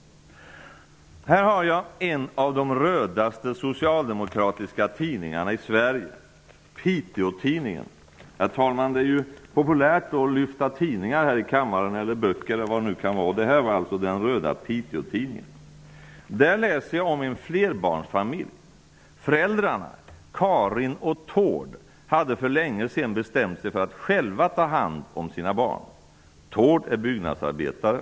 Här har jag en av de rödaste socialdemokratiska tidningarna i Sverige, nämligen Piteå-Tidningen. Herr talman! Det är ju populärt att visa upp tidningar, böcker och annat här i kammaren. Detta är alltså den röda Piteå-Tidningen. I den läser jag om en flerbarnsfamilj. Föräldrarna, Karin och Thord, hade för länge sedan bestämt sig för att själva ta hand om sina barn. Thord är byggnadsarbetare.